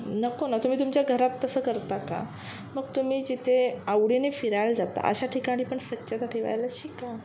नको ना तुम्ही तुमच्या घरात तसं करता का मग तुम्ही जिथे आवडीने फिरायला जाता अशा ठिकाणी पण स्वच्छता ठेवायला शिका